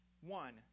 One